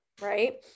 Right